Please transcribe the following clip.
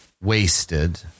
wasted